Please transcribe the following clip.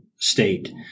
state